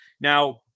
Now